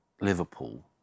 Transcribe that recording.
Liverpool